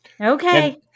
Okay